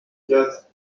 quatre